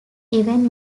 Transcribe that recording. event